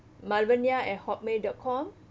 malvania at Hotmail dot com